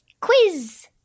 Quiz